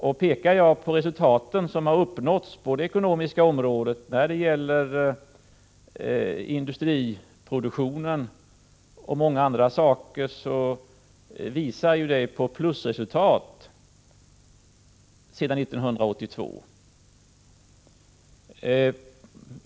Om jag pekar på de resultat som har uppnåtts på det ekonomiska området, när det gäller industriproduktionen och många andra saker, visar ju det på plusresultat sedan 1982.